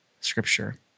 scripture